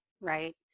right